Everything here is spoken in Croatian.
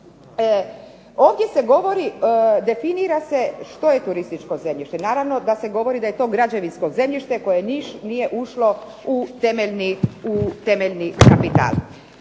Ovdje se definira što je turističko zemljište. Naravno da se govori da je to građevinsko zemljište koje nije ušlo u temeljni kapital.